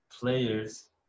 players